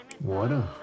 water